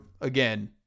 again